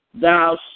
thou